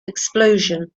explosion